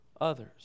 others